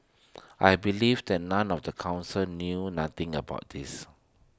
I believe that none of the Council knew nothing about this